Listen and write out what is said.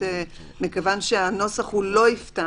מכיוון שהנוסח הוא "לא יפתח"